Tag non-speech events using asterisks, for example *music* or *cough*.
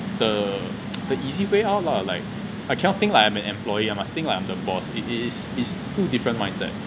the *noise* the easy way out lah like I cannot think like I am an employee I must think like I'm the boss it is is two different mindsets